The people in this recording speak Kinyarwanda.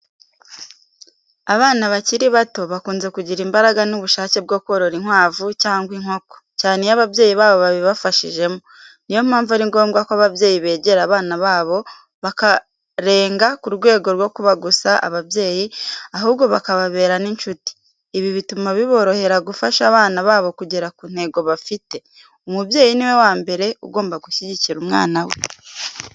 Abana bakiri bato bakunze kugira imbaraga n’ubushake bwo korora inkwavu cyangwa inkoko, cyane iyo ababyeyi babo babibafashijemo. Ni yo mpamvu ari ngombwa ko ababyeyi begera abana babo, bakarenga ku rwego rwo kuba gusa ababyeyi, ahubwo bakababera n’inshuti. Ibi bituma biborohera gufasha abana babo kugera ku ntego bafite. Umubyeyi ni we wa mbere ugomba gushyigikira umwana we.